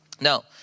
Now